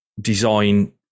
design